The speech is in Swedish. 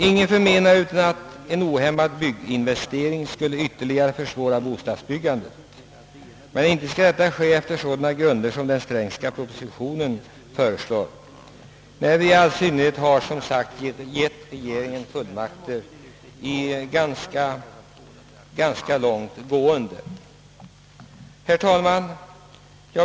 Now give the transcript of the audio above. Ingen menar annat än att en ohämmad bygginvesteringsverksamhet skulle ytterligare försvåra bostadsbyggandet. Men det skall inte ske efter sådana grunder som i herr Strängs proposition, i all synnerhet som vi har givit regeringen ganska långt gående fullmakter. Herr talman!